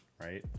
right